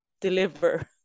deliver